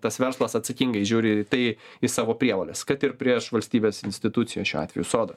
tas verslas atsakingai žiūri tai į savo prievoles kad ir prieš valstybės institucijas šiuo atveju sodra